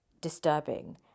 disturbing